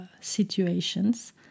situations